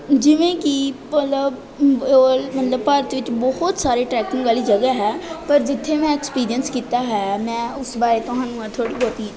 ਜਿਵੇਂ ਕਿ ਮਤਲਬ ਭਾਰਤ ਵਿੱਚ ਬਹੁਤ ਸਾਰੀ ਟ੍ਰੈਕਿੰਗ ਵਾਲੀ ਜਗ੍ਹਾ ਹੈ ਪਰ ਜਿੱਥੇ ਮੈਂ ਐਕਸਪੀਰੀਐਂਸ ਕੀਤਾ ਹੈ ਮੈਂ ਉਸ ਬਾਰੇ ਤੁਹਾਨੂੰ ਅੱਜ ਥੋੜ੍ਹਾ ਬਹੁਤੀ